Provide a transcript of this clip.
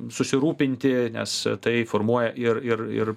susirūpinti nes tai formuoja ir ir ir